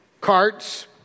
carts